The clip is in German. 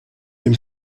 dem